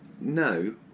no